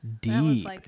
deep